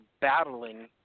battling